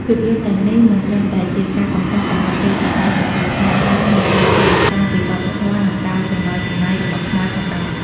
ភាពយន្តទាំងនេះមិនត្រឹមតែជាការកម្សាន្តប៉ុណ្ណោះទេ ប៉ុន្តែក៏ជាផ្នែកមួយនៃការឆ្លុះបញ្ចាំងពីវប្បធម៌ និងការស្រមើលស្រមៃរបស់ខ្មែរផងដែរ។